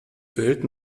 welt